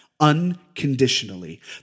unconditionally